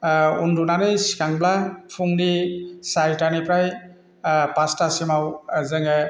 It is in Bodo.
उन्दुनानै सिखांब्ला फुंनि सारिथानिफ्राय फासथासिमाव जोङो